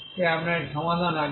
তাই আপনার এই সমাধান আছে